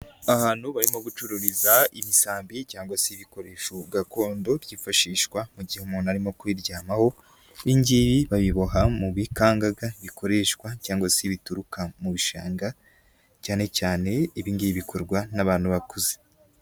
Ahantu barimo gucururiza ibisambi cyangwa se ibikoresho gakondo byifashishwa mu gihe umuntu arimo kuyiryamaho, ibingibi babiboha mu bikangaga bikoreshwa cyangwa se bituruka mu bishanga, cyane cyane ibingibi bikorwa n'abantu bakuze.